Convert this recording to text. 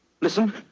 Listen